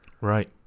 Right